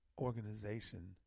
organization